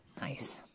Nice